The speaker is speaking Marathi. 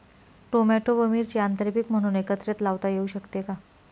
टोमॅटो व मिरची आंतरपीक म्हणून एकत्रित लावता येऊ शकते का?